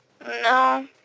No